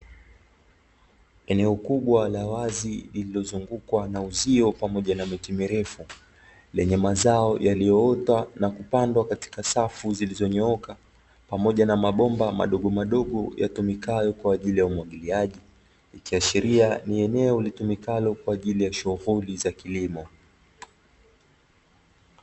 Eneo kubwa la wazi lililozungukwa na uzio pamoja na miti mirefu, lenye mazao yaliyoota na kupandwa katika safu zilizonyooka, pamoja na mabomba madogo madogo yatumikayo kwa ajili ya umwagiliaji; ikiashiria ni eneo litumikalo kwa ajili ya shughuli za kilimo.